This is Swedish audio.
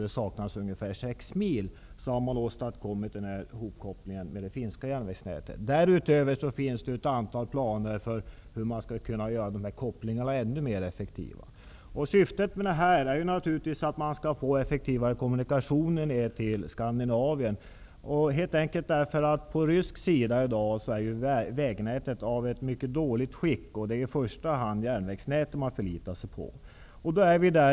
Det saknas ungefär sex mil innan man har åstadkommit ihopkopplingen men det finska järnvägsnätet. Därutöver finns ett antal planer på att göra ihopkopplingen ännu mer effektiv. Syftet är naturligtvis att få effektivare kommunikationer till Skandinavien. På rysk sida är vägarna helt enkelt i mycket dåligt skick. Det är i första hand järnvägarna man förlitar sig på.